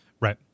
Right